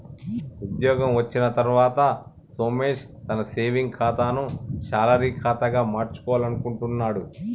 ఉద్యోగం వచ్చిన తర్వాత సోమేష్ తన సేవింగ్స్ ఖాతాను శాలరీ ఖాతాగా మార్చుకోవాలనుకుంటున్నడు